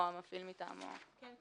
כפי שטוענים במשטרה,